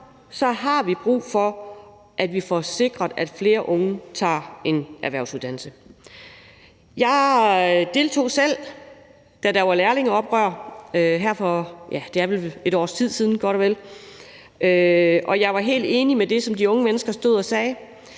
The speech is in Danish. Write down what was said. har vi brug for, at vi får sikret, at flere unge tager en erhvervsuddannelse. Jeg deltog selv, da der var lærlingeoprør – ja, det er vel godt og vel et års tid siden – og jeg var helt enig i det, som de unge mennesker stod og sagde.